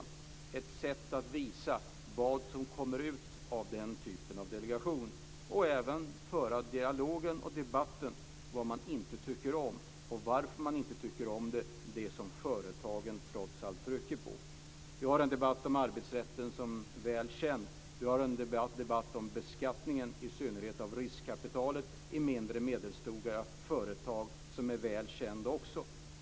Det är ett sätt att visa vad som kommer ut av den typen av delegationer. Man bör även föra en dialog och debatt om vad man inte tycker om och varför man inte tycker om det - det som företagen trots allt trycker på. Vi har en debatt om arbetsrätten som är väl känd. Vi har en debatt om beskattningen, i synnerhet av riskkapitalet i mindre och medelstora företag, som också är väl känd.